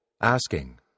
asking